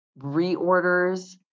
reorders